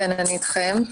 בבקשה.